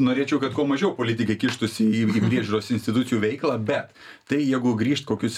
norėčiau kad kuo mažiau politikai kištųsi į priežiūros institucijų veiklą bet tai jegu grįžt kokius